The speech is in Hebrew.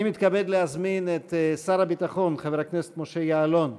אני מתכבד להזמין את שר הביטחון חבר הכנסת משה יעלון.